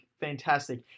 fantastic